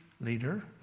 leader